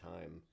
time